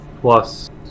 plus